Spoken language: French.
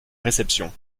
réception